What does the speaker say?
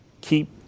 keep